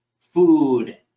food